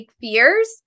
fears